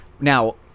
now